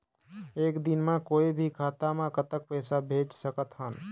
एक दिन म कोई भी खाता मा कतक पैसा भेज सकत हन?